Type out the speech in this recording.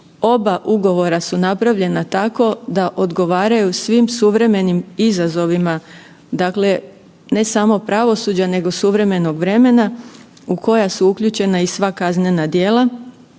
Oba ugovora su napravljena tako da odgovaraju svim suvremenim izazovima ne samo pravosuđa nego suvremenog vremena u koja su uključena i sva kaznena djela.